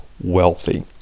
wealthy